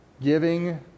giving